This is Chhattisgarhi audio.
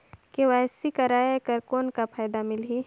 के.वाई.सी कराय कर कौन का फायदा मिलही?